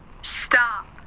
Stop